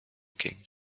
king